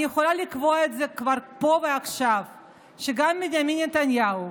אני יכולה לקבוע כבר פה ועכשיו שגם בנימין נתניהו,